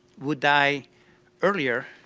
would die earlier